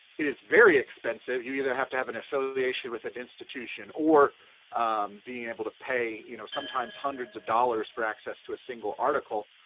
it is very expensive, you either have to have an affiliation with an institution or being able to pay you know sometimes hundreds of dollars for access to a single article,